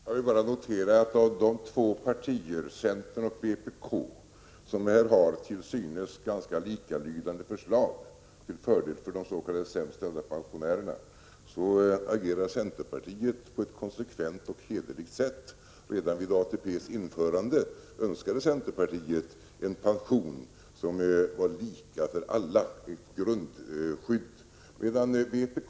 Fru talman! Jag vill bara notera att av de två partier, centern och vpk, som här till synes har ganska likalydande förslag till fördel för de s.k. sämst ställda pensionärerna, agerar centerpartiet på ett konsekvent och hederligt sätt. Redan vid ATP:s införande önskade centerpartiet en pension som gav ett grundskydd som var lika för alla.